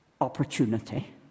Opportunity